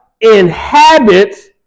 inhabits